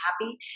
happy